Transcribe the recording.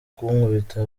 kunkubita